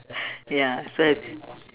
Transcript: ya so it's